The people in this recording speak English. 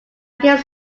gave